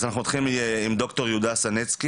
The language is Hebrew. אז אנחנו נתחיל עם ד"ר יהודה סנצקי,